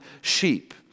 sheep